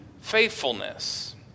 faithfulness